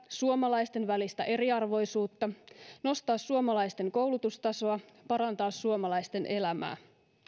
suomalaisten välistä eriarvoisuutta nostaa suomalaisten koulutustasoa parantaa suomalaisten elämää